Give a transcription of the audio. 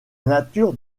nature